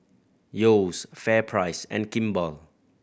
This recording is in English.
Yeo's FairPrice and Kimball